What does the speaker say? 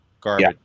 garbage